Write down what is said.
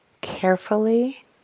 carefully